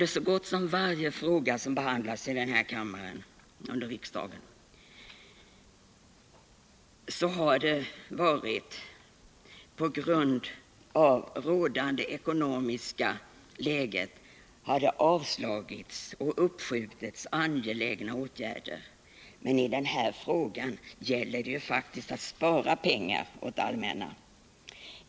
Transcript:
För så gott som varje fråga som behandlas här i riksdagen gäller att förslag om angelägna åtgärder på grund av det rådande ekonomiska läget avslås eller uppskjuts. Men i den här frågan gäller det ju att spara pengar åt det allmänna.